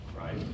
right